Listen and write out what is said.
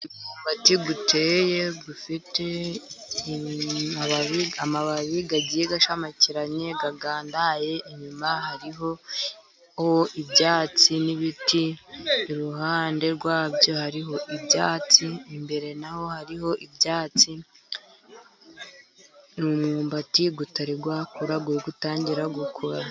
Umwumbati uteye, ufite amababi amababi agiye ashamakiranye agandaye. Inyuma hariho ibyatsi n'ibiti, iruhande rwabyo hariho ibyatsi, imbere na ho hariho ibyatsi. Ni umwumbati utari wakura uri gutangira gukura.